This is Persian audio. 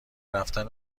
رفتن